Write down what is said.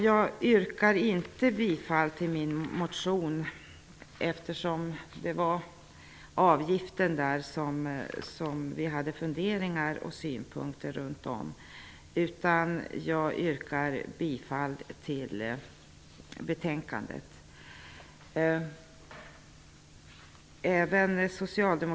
Jag yrkar inte bifall till min motion, eftersom vi hade funderingar kring och synpunkter på den avgift som nämns där. I stället yrkar jag bifall till hemställan i betänkandet.